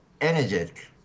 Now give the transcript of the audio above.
energetic